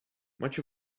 much